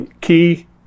Key